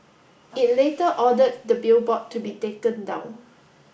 it later ordered the billboard to be taken down